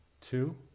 Two